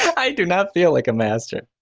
i do not feel like a master.